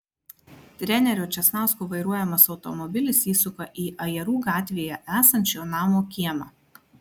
trenerio česnausko vairuojamas automobilis įsuka į ajerų gatvėje esančio namo kiemą